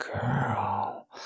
girl